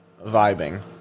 vibing